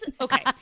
okay